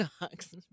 dogs